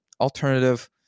alternative